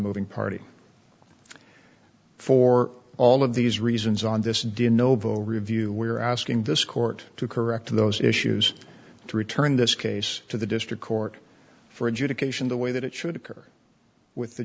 moving party for all of these reasons on this dyno bo review we are asking this court to correct those issues to return this case to the district court for adjudication the way that it should occur with the